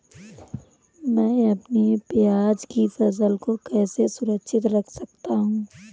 मैं अपनी प्याज की फसल को कैसे सुरक्षित रख सकता हूँ?